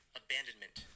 abandonment